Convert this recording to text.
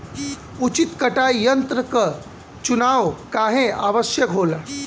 उचित कटाई यंत्र क चुनाव काहें आवश्यक होला?